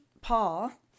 Paul